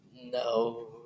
No